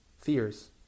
fears